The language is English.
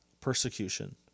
persecution